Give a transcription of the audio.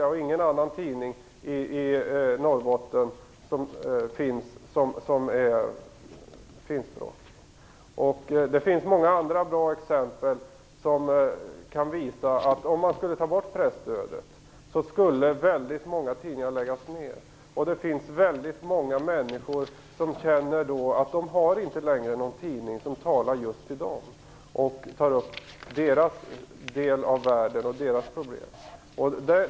Det finns ingen annan tidning i Norrbotten som är finskspråkig. Det finns många andra bra exempel som kan visa att om man skulle ta bort presstödet, skulle väldigt många tidningar läggas ner. Väldigt många människor skulle då känna att de inte längre har någon tidning som talar just till dem och tar upp deras del av världen och deras problem.